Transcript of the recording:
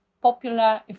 popular